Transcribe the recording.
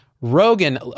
Rogan